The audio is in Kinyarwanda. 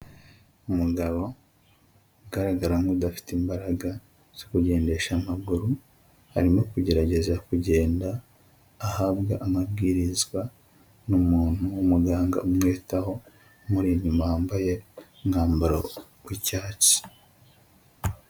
Umugabo ugaragara nk'udafite imbaraga zo kugendesha amaguru, arimo kugerageza kugenda ahabwa amabwizwa n'umuntu w'umuganga umwitaho umuri inyuma wambaye umwambaro w'icyatsi.